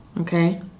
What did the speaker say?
Okay